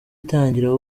itangira